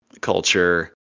culture